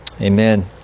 Amen